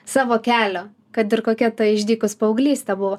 savo kelio kad ir kokia ta išdykus paauglystė buvo